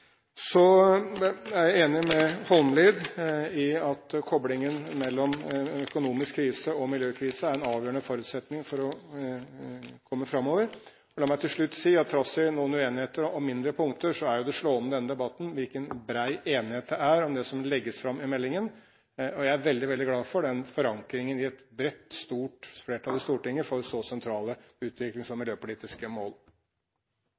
Så er jeg enig med Holmelid i at koblingen mellom en økonomisk krise og miljøkrisen er en avgjørende forutsetning for å komme framover. La meg til slutt si at trass i noen uenigheter om mindre punkter er det slående med denne debatten hvilken bred enighet det er om det som legges fram i meldingen. Jeg er veldig, veldig glad for forankringen i et bredt, stort flertall i Stortinget for så sentrale utviklings- og miljøpolitiske mål.